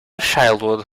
childhood